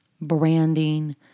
branding